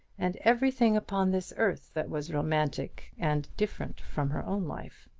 and everything upon this earth that was romantic, and different from her own life.